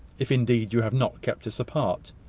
if indeed you have not kept us apart?